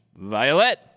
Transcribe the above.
Violet